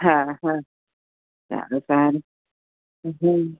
હા હા સારું સારું હમ